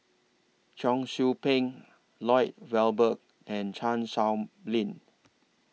Cheong Soo Pieng Lloyd Valberg and Chan Sow Lin